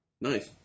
Nice